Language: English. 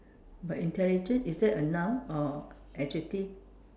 but intelligent is that a noun or adjective